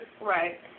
Right